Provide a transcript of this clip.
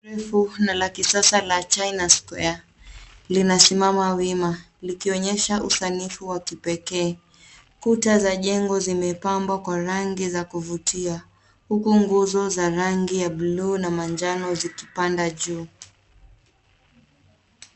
Refu na la kisasa la China Square linasimama wima likionyesha usanifu wa kipekee. Kuta za jengo zimepambwa kwa rangi za kuvutia, huku nguzo za rangi ya bluu na manjano zikipanda juu.